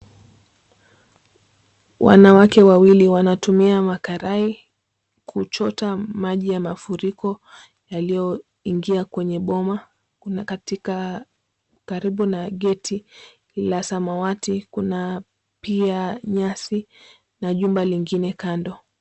Wanawake wawili wanatumia makarai kuchota maji ya mafuriko, yaliyoingia kwenye boma, katika karibu na geti la samawati kuna pia nyasi na jumba lingine kando.